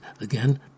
Again